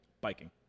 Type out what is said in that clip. Biking